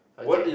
okay